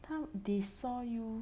他 they saw you